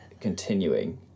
continuing